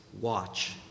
watch